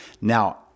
Now